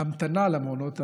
ההמתנה למעונות הנעולים,